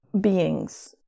beings